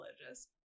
religious